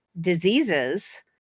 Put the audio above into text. diseases